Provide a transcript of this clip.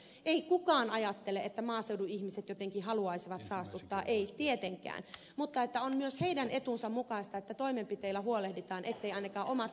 ei kukaan ajattele että maaseudun ihmiset jotenkin haluaisivat saastuttaa ei tietenkään mutta on myös heidän etunsa mukaista että toimenpiteillä huolehditaan etteivät ainakaan omat talousvesikaivot saastu